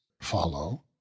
follow